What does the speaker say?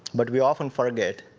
but we often forget,